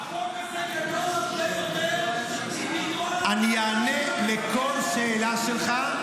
זה שקר --- החוק הזה --- אני אענה לכל שאלה שלך,